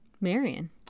marion